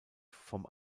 vom